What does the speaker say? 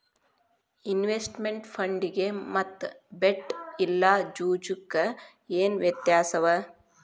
Investment ಫಂಡಿಗೆ ಮತ್ತ bet ಇಲ್ಲಾ ಜೂಜು ಕ ಏನ್ ವ್ಯತ್ಯಾಸವ?